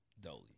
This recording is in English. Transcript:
Dolly